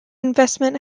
investment